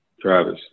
Travis